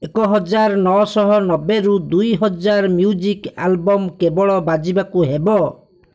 ଏକ ହଜାର ନଅଶହ ନବେରୁ ଦୁଇ ହଜାର ମ୍ୟୁଜିକ୍ ଆଲବମ୍ କେବଳ ବାଜିବାକୁ ହେବ